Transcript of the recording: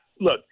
Look